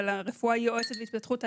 של הרפואה היועצת והתפתחות הילד,